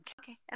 Okay